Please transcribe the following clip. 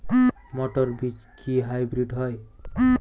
মটর বীজ কি হাইব্রিড হয়?